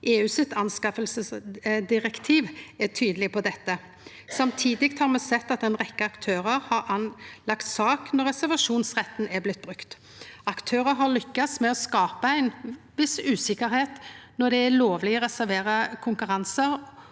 for 2024 ideelle aktører deleg på dette. Samtidig har me sett at ei rekkje aktørar har reist sak når reservasjonsretten er blitt brukt. Aktørar har lykkast med å skapa ei viss usikkerheit om når det er lovleg å reservera konkurransar